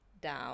down